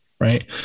Right